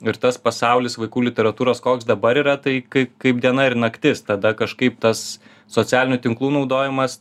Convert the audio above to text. ir tas pasaulis vaikų literatūros koks dabar yra tai kai kaip diena ir naktis tada kažkaip tas socialinių tinklų naudojimas